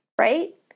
right